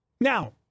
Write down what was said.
Now